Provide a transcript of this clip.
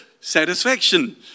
satisfaction